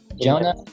Jonah